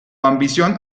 ambición